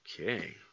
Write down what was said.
Okay